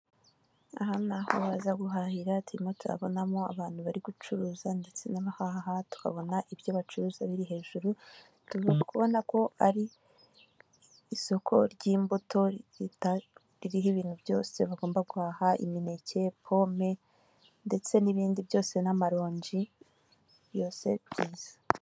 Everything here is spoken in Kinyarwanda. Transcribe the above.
Aha naho baza guhahira, turimo turabonamo abantu bari gucuruza ndetse nabahaha tukabona ibyo bacuruza biri hejuru. Tuguma kubona ko ari isoko ry'imbuto ririho ibintu byose bagomba guhaha, imineke ya pome ndetse n'ibindi byose n'amaronji byose byiza.